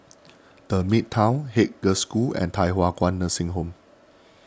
the Midtown Haig Girls' School and Thye Hua Kwan Nursing Home